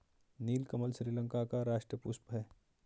नीलकमल श्रीलंका का राष्ट्रीय पुष्प है